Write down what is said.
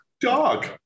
Dog